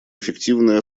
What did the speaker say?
эффективное